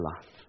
life